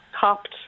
copped